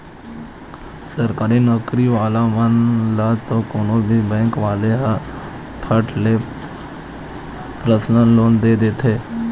सरकारी नउकरी वाला मन ल तो कोनो भी बेंक वाले ह फट ले परसनल लोन दे देथे